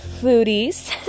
foodies